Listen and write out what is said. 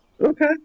Okay